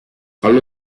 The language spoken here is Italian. allo